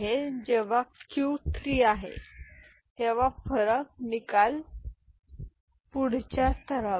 तर जेव्हा क्यू 3 आहे तेव्हा फरक निकाल पुढील घटकाच्या पुढच्या स्तरावर जाईल ही गोष्ट ग्रुप ओके